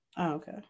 okay